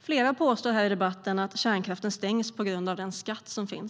Flera har i debatten påstått att kärnkraften stängs på grund av skatten.